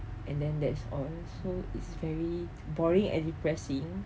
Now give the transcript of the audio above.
and then that's all so it's very boring and depressing